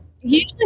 usually